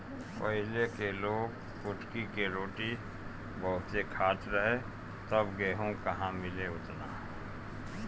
पहिले के लोग कुटकी के रोटी बहुते खात रहे तब गेहूं कहां मिले ओतना